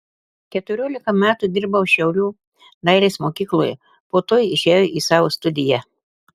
keturiolika metų dirbau šiaulių dailės mokykloje po to išėjau į savo studiją